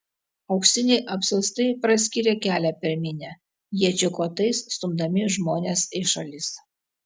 auksiniai apsiaustai praskyrė kelią per minią iečių kotais stumdami žmones į šalis